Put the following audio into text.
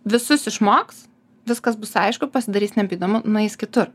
visus išmoks viskas bus aišku pasidarys nebeįdomu nueis kitur